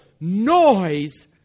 noise